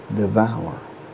devour